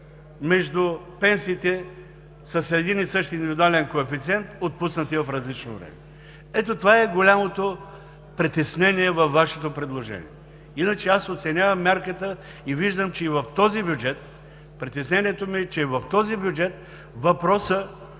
между пенсиите с един и същи индивидуален коефициент, отпуснати в различно време. Ето това е голямото притеснение във Вашето предложение. Иначе аз оценявам мярката и притеснението ми е, че и в този бюджет въпросът